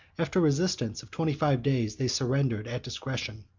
after a resistance of twenty-five days, they surrendered at discretion.